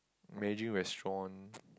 imagine restaurant